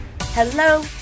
Hello